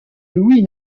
louis